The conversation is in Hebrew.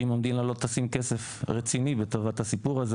שאם המדינה לא תשים כסף רציני לטובת הסיפור הזה,